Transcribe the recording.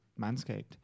Manscaped